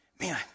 Man